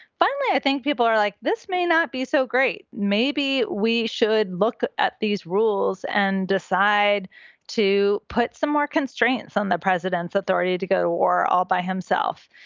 finally, i think people are like this may not be so great. maybe we should look at these rules and decide to put some more constraints on the president's authority to go to war all by himself.